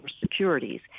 securities